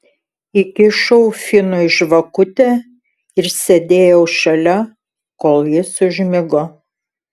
įkišau finui žvakutę ir sėdėjau šalia kol jis užmigo